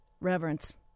reverence